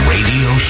Radio